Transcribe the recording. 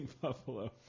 Buffalo